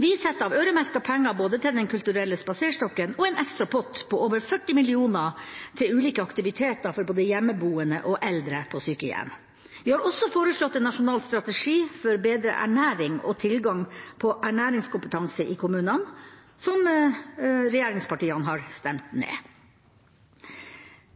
Vi setter av øremerkede penger til Den kulturelle spaserstokken og en ekstra pott på over 40 mill. kr til ulike aktiviteter for både hjemmeboende og eldre på sykehjem. Vi har også foreslått en nasjonal strategi for bedre ernæring og tilgang på ernæringskompetanse i kommunene, som regjeringspartiene har stemt ned.